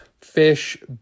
Fish